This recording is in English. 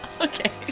Okay